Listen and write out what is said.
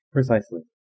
Precisely